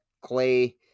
Clay